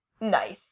Nice